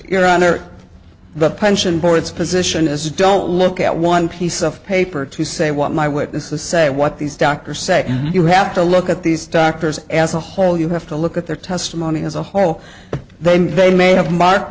you're under the pension board its position is don't look at one piece of paper to say what my witnesses say what these doctors say and you have to look at these doctors as a whole you have to look at their testimony as a whole then they may have marked